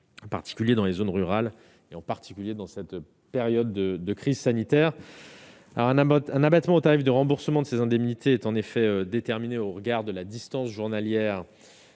en particulier dans les zones rurales et en particulier dans cette période de crise sanitaire a un Aamodt un abattement au tarifs de remboursement de ses indemnités est en effet déterminé au regard de la distance journalière